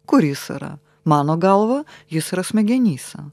kur jis yra mano galva jis yra smegenyse